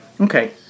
Okay